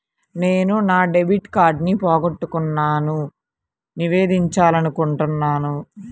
నేను నా డెబిట్ కార్డ్ని పోగొట్టుకున్నాని నివేదించాలనుకుంటున్నాను